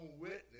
witness